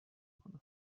کنم